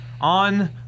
on